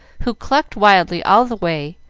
who clucked wildly all the way,